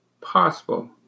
possible